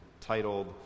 titled